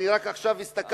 אני רק עכשיו הסתכלתי,